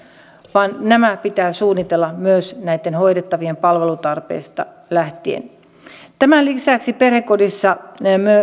vaan nämä pitää suunnitella myös näitten hoidettavien palvelutarpeista lähtien tämän lisäksi perhekodissa